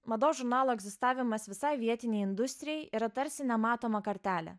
mados žurnalo egzistavimas visai vietinei industrijai yra tarsi nematoma kartelė